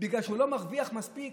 בגלל שהוא לא מרוויח מספיק,